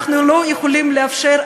אנחנו לא יכולים לאפשר,